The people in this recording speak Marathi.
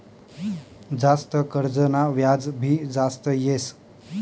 जास्त कर्जना व्याज भी जास्त येस